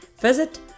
Visit